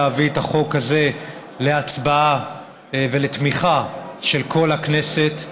להביא את החוק הזה להצבעה ולתמיכה של כל הכנסת.